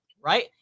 right